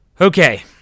Okay